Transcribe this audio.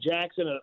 Jackson